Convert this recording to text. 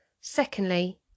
Secondly